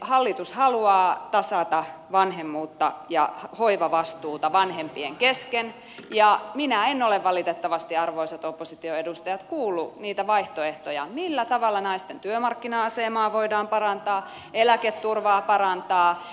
hallitus haluaa tasata vanhemmuutta ja hoivavastuuta vanhempien kesken ja minä en ole valitettavasti arvoisat opposition edustajat kuullut niitä vaihtoehtoja millä tavalla naisten työmarkkina asemaa voidaan parantaa eläketurvaa parantaa